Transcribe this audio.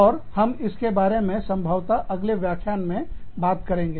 और हम इसके बारे में संभवत अगले व्याख्यान में बात करेंगे